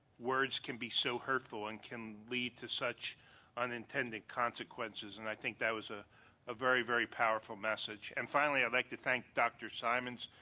words can be so hurtful and can lead to such unintended consequences and i think that was a a very, very powerful message. and finally, i'd like to thank dr. simons